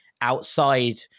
outside